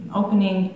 opening